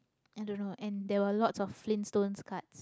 I don't know and there were lots of flintstones cards